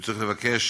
שהוא צריך לבקש,